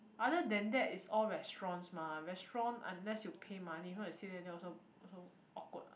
other than that is all restaurants mah restaurant unless you pay money if not you sit there then also also awkward what